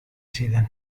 zidan